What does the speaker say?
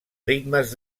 ritmes